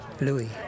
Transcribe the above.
Louis